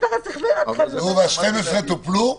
וה-12 טופלו?